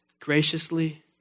graciously